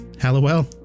Hallowell